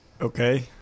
Okay